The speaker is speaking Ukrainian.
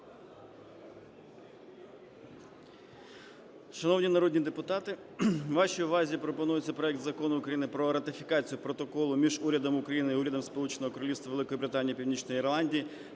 Шановні народні депутати, вашій увазі пропонується проект Закону України про ратифікацію Протоколу між Урядом України і Урядом Сполученого Королівства Великої Британії і Північної Ірландії